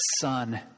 son